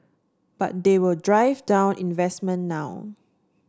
but they will drive down investment now